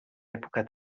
època